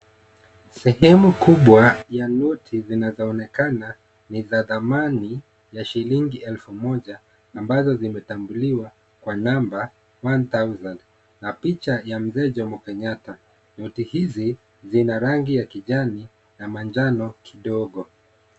Sehemu kubwa ya noti zinazoonekana ni za thamani ya shilingi elfu moja ambazo zimetanguliwa kwa namba one thousand na picha ya Mzee Jomo Kenyatta. Noti hizi zina rangi ya kijani na manjano kidogo.